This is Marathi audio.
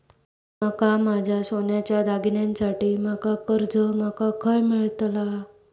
माका माझ्या सोन्याच्या दागिन्यांसाठी माका कर्जा माका खय मेळतल?